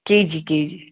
K G K G